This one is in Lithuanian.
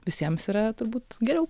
visiems yra turbūt geriau